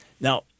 Now